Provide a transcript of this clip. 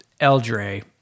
Eldre